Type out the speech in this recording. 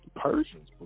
Persians